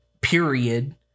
period